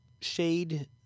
shade